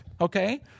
okay